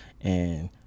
and-